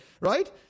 right